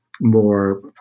more